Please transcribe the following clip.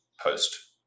post